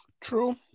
True